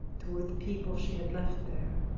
toward the people she had left there.